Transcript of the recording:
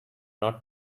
not